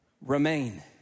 remain